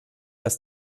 das